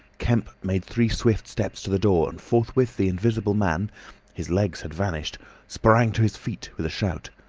kemp made three swift steps to the door, and forthwith the invisible man his legs had vanished sprang to his feet with a shout.